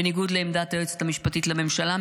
בניגוד לעמדת היועצת המשפטית לממשלה,